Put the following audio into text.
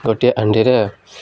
ଗୋଟିଏ ହାଣ୍ଡିରେ